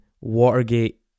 watergate